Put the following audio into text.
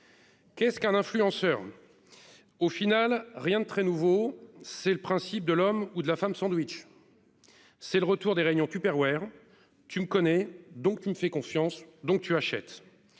Qu'est-ce qu'un influenceur. Au final, rien de très nouveau, c'est le principe de l'homme ou de la femme sandwich. C'est le retour des réunions Tupperware. Tu me connais donc il me fait confiance. Donc tu achètes.